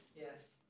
Yes